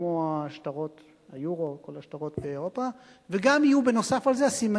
כמו שטרות היורו וכל השטרות באירופה,